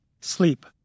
Sleep